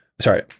sorry